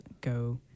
go